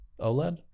OLED